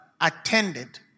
attended